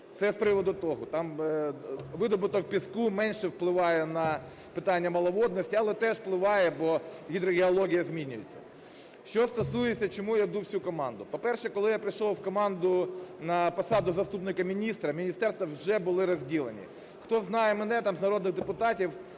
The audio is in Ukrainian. Це з приводу того. Там видобуток піску менше впливає на питання маловодності, але теж впливає, бо гідрогеологія змінюється. Що стосується, чому я йду в цю команду. По-перше, коли я прийшов в команду на посаду заступника міністра, міністерства вже були розділені. Хто знає мене там з народних депутатів,